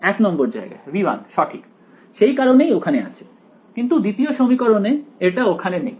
এক নম্বর জায়গায় V1 সঠিক সেই কারণেই ওখানে আছে কিন্তু দ্বিতীয় সমীকরণে এটা ওখানে নেই